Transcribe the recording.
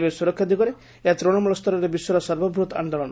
ପରିବେଶ ସୁରକ୍ଷା ଦିଗରେ ଏହା ତୂଣମୂଳ୍ପରର ବିଶ୍ୱର ସର୍ବବୂହତ୍ ଆନ୍ଦୋଳନ